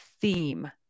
theme